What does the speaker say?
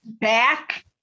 back